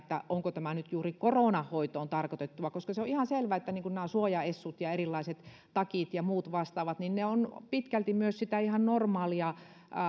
onko tämä nyt juuri koronan hoitoon tarkoitettua koska se on ihan selvää että nämä suojaessut ja erilaiset takit ja muut vastaavat ovat pitkälti myös niitä ihan normaaleja